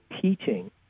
teaching